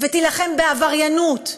ותילחם בעבריינות,